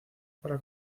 para